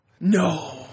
No